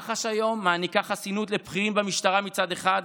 מח"ש היום מעניקה חסינות לבכירים במשטרה מצד אחד,